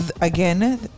again